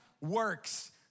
works